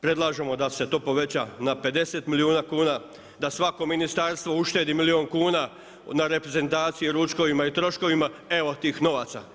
Predlažemo da se to poveća na 50 milijuna kuna, da svako ministarstvo uštedi milijun kuna na reprezentaciji, ručkovima i troškovima evo tih novaca.